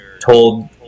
told